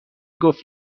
گفت